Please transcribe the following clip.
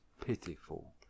pitiful